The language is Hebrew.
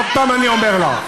עוד פעם אני אומר לך: